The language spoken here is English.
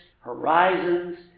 horizons